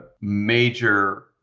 major